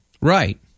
Right